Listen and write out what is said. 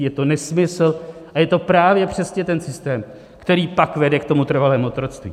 Je to nesmysl a je to právě přesně ten systém, který pak vede k tomu trvalému otroctví.